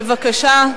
בבקשה.